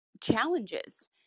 challenges